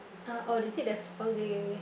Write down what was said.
uh or is it the okay